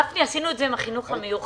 גפני, עשינו את זה עם החינוך המיוחד.